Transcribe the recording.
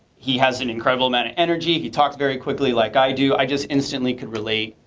he has an incredible amount of energy. he talks very quickly like i do. i just instantly could relate.